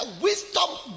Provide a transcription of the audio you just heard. wisdom